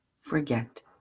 forget